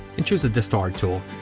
and choose the distort tool.